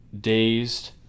dazed